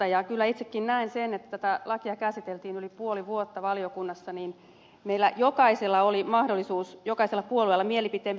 kyllä itsekin näen sen että kun tätä lakia käsiteltiin yli puoli vuotta valiokunnassa niin meillä jokaisella puolueella oli mahdollisuus mielipiteemme sanoa